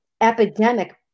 epidemic